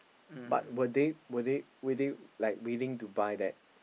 but were they were they were they like willing to buy that